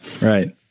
Right